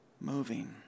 moving